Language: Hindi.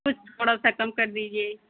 कुछ थोड़ा सा कम कर दीजिए